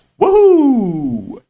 Woohoo